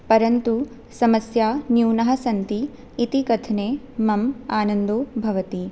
परन्तु समस्याः न्यूनाः सन्ति इति कथने मम आनन्दो भवति